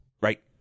Right